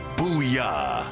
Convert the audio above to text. Booyah